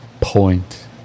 point